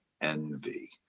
envy